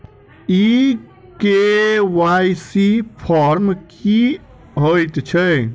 ई KYC form की हएत छै?